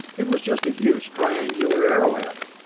it was just a huge triangular arrowhead!